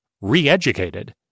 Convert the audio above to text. re-educated